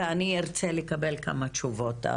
ואני ארצה לקבל כמה תשובות.